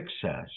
success